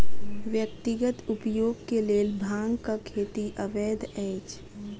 व्यक्तिगत उपयोग के लेल भांगक खेती अवैध अछि